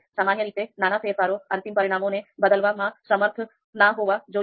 સામાન્ય રીતે નાના ફેરફારો અંતિમ પરિણામોને બદલવામાં સમર્થ ન હોવા જોઈએ